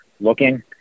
looking